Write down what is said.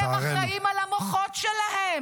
הם אחראים למוחות שלהם.